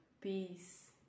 peace